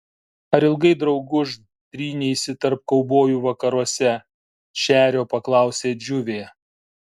ar ilgai drauguž tryneisi tarp kaubojų vakaruose šerio paklausė džiuvė